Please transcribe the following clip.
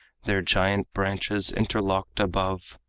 their giant branches interlocked above,